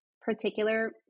particular